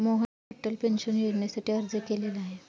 मोहनने अटल पेन्शन योजनेसाठी अर्ज केलेला आहे